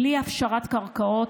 בלי הפשרת קרקעות,